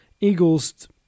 Eagles